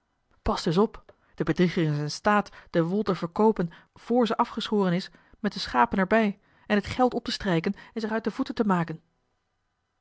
pas dus op de bedrieger is in staat de wol te verkoopen voor ze afgeschoren is met de schapen er bij en het geld op te strijken en zich uit de voeten te maken